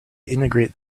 integrate